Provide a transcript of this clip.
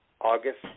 August